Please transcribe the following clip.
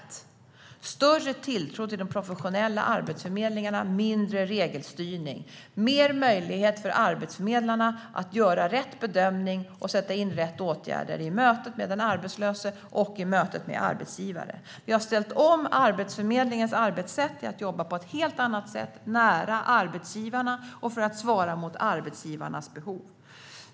Det ska bli en större tilltro till de professionella arbetsförmedlingarna, mindre regelstyrning och mer möjlighet för arbetsförmedlarna att göra rätt bedömning och sätta in rätt åtgärder i mötet med den arbetslöse och i mötet med arbetsgivaren. Vi har ställt om Arbetsförmedlingens arbetssätt till att jobba på ett helt annat sätt nära arbetsgivarna och för att svara mot arbetsgivarnas behov.